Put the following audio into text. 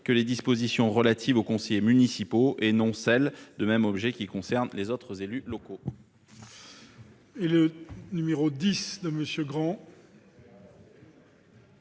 que les dispositions relatives aux conseillers municipaux et non celles, de même objet, qui concernent les autres élus locaux.